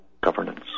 governance